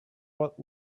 what